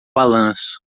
balanço